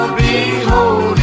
behold